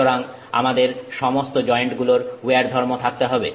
সুতরাং আমাদের সমস্ত জয়েন্ট গুলোর উইয়ার ধর্ম থাকতে হবে